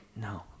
No